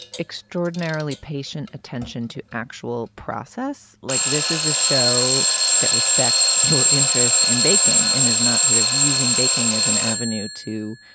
extraordinarily patient attention to actual process like this is a show that respects your interest in baking and is not sort of using baking as an avenue to